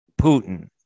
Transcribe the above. Putin